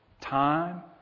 Time